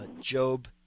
Job